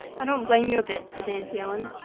i don't blame you a bit, said nancy ellen.